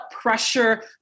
pressure